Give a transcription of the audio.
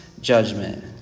judgment